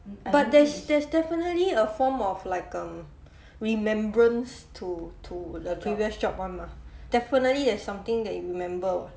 but there's there's definitely a form of like um remembrance to to the previous job [one] mah definitely there's something that you remember